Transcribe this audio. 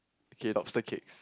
okay lobster cakes